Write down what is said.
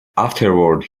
afterwards